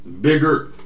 bigger